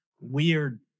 weird